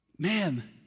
Man